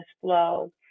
flow